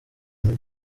muri